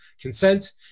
consent